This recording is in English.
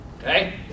Okay